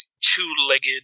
two-legged